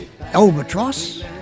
Albatross